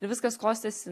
ir viskas klostėsi